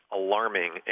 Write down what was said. alarming